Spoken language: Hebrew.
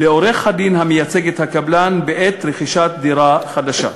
לעורך-הדין המייצג את הקבלן בעת רכישת דירה חדשה.